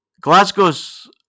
Glasgow's